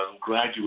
graduate